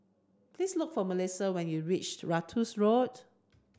please look for Melissia when you reach Ratus Road